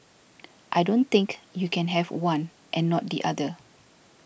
I don't think you can have one and not the other